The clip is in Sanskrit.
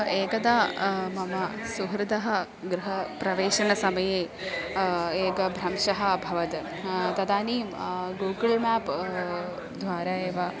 एकदा मम सुहृदः गृहप्रवेशसमये एकभ्रंशः अभवत् तदानीं गूगुळ् म्याप् द्वारा एव